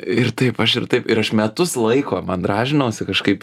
ir taip aš ir taip ir aš metus laiko mandražinausi kažkaip